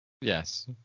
Yes